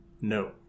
no